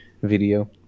video